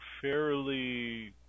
fairly